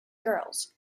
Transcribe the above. girls